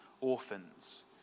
orphans